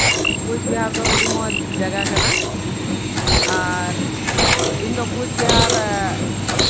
ᱠᱳᱪᱵᱤᱦᱟᱨ ᱫᱚ ᱟᱹᱰᱤ ᱢᱚᱡᱽ ᱡᱟᱭᱜᱟ ᱠᱟᱱᱟ ᱟᱨ ᱤᱧᱫᱚ ᱠᱳᱪᱵᱤᱦᱟᱨ